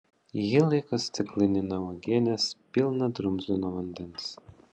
ji laiko stiklainį nuo uogienės pilną drumzlino vandens